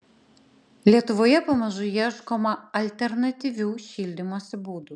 lietuvoje pamažu ieškoma alternatyvių šildymosi būdų